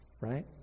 right